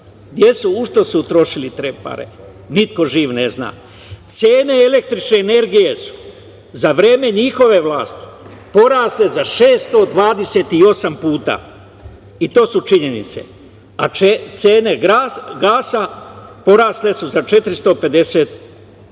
U šta su utrošili te pare? Niko živ ne zna. Cene električne energije su za vreme njihove vlasti porasle za 628 puta i to su činjenice, a cene gasa porasle su za 450 puta. Na